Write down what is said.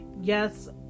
Yes